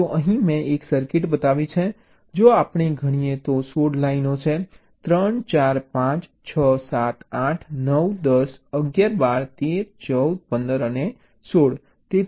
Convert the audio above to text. તો અહીં મેં એક સર્કિટ બતાવી છે જો આપણે ગણીએ તો 16 લાઈનો છે 3 4 5 6 7 8 9 10 11 12 13 14 15 16